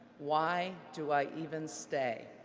why do i even stay?